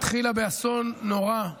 התחילה באסון נורא.